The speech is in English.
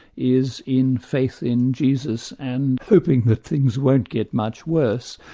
is in faith in jesus, and hoping that things won't get much worse,